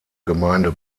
gemeinde